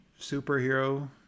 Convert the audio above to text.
superhero